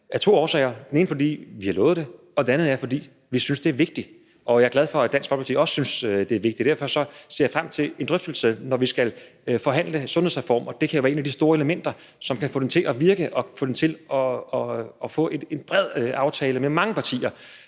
der to årsager til: Den ene er, fordi vi har lovet det, og den anden er, fordi vi synes, det er vigtigt. Jeg er glad for, at Dansk Folkeparti også synes, at det er vigtigt, og derfor ser jeg frem til en drøftelse, når vi skal forhandle sundhedsreformen. Det kan jo være et af de store elementer, som kan få den til at virke og få den til at blive en bred aftale med mange partier,